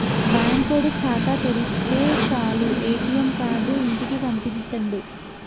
బాంకోడు ఖాతా తెరిస్తె సాలు ఏ.టి.ఎమ్ కార్డు ఇంటికి పంపిత్తుండు